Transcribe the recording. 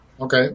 Okay